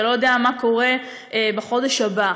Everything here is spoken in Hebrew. אתה לא יודע מה קורה בחודש הבא,